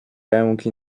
ręki